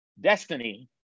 destiny